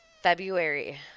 February